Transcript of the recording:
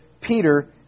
Peter